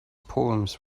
poems